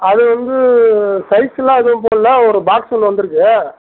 அது வந்து சைஸ்லாம் எதுவும் போட்லை ஒரு பாக்ஸ் ஒன்று வந்துயிருக்கு